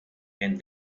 and